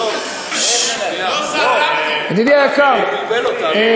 היושב-ראש, הוא בלבל אותנו.